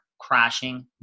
crashing